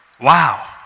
Wow